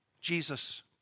Jesus